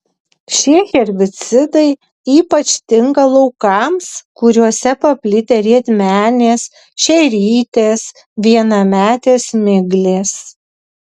šie herbicidai ypač tinka laukams kuriuose paplitę rietmenės šerytės vienametės miglės